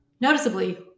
noticeably